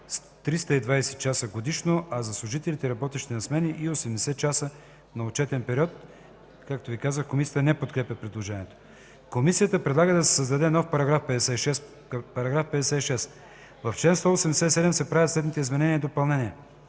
320 часа годишно, а за служителите, работещи на смени – и 80 часа на отчетен период”.” Комисията не подкрепя предложението. Комисията предлага да се създаде нов § 56: „§ 56. В чл. 187 се правят следните изменения и допълнения: